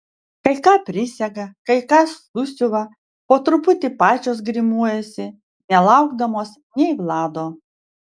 kai ką prisega kai ką susiuva po truputį pačios grimuojasi nelaukdamos nei vlado